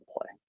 play